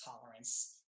tolerance